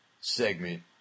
segment